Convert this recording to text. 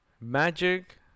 Magic